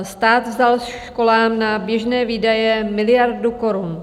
Stát vzal školám na běžné výdaje miliardu korun.